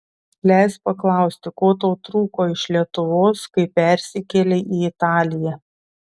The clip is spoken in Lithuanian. leisk paklausti ko tau trūko iš lietuvos kai persikėlei į italiją